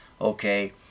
Okay